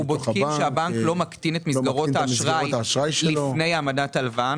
אנחנו בודקים שהבנק לא מקטין את מסגרות האשראי לפני העמדת ההלוואה.